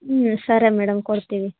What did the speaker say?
ಹ್ಞೂ ಸರಿ ಮೇಡಮ್ ಕೊಡ್ತೀವಿ